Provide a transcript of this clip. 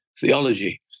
theology